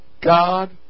God